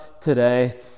today